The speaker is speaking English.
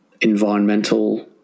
environmental